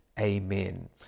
Amen